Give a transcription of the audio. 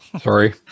Sorry